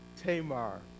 Tamar